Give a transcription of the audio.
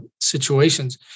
situations